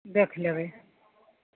देखि लेबै